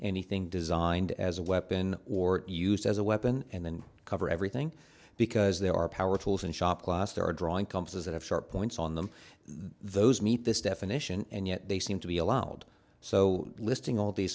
anything designed as a weapon or used as a weapon and then cover everything because there are power tools in shop class there are drawing comes as if sharp points on them those meet this definition and yet they seem to be allowed so listing all these